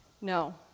No